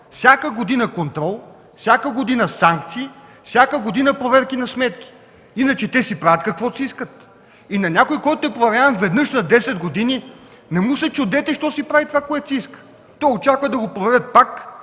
Всяка година – контрол, всяка година – санкции, всяка година – проверки на сметки! Иначе те си правят каквото си искат. На някого, който е проверяван веднъж на десет години, не му се чудете защо прави това, което си иска! Той очаква да го проверят пак